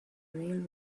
railway